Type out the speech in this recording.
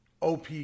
OP